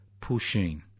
pushing